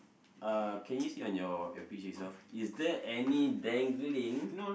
uh can you see on your your picture itself is there any dangling